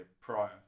prior